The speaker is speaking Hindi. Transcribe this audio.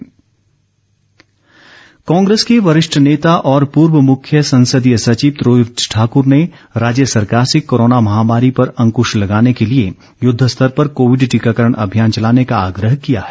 रोहित ठाकुर कांग्रेस के वरिष्ठ नेता और पूर्व मुख्य संसदीय सचिव रोहित ठाकूर ने राज्य सरकार से कोरोना महामारी पर अंकश लगाने के लिए युद्ध स्तर पर कोविड टीकाकरण अभियान चलाने का आग्रह किया है